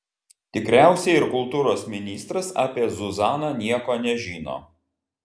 tikriausiai ir kultūros ministras apie zuzaną nieko nežino